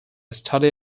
study